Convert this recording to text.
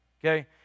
okay